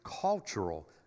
cultural